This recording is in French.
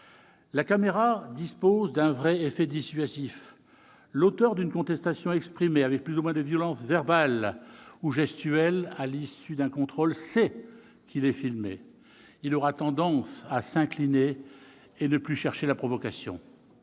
La caméra exerce ensuite un véritable effet dissuasif : l'auteur d'une contestation exprimée avec plus ou moins de violence verbale ou gestuelle, à l'issue d'un contrôle, sait qu'il est filmé. Il aura tendance à s'incliner et à ne plus chercher la provocation.